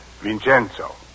Vincenzo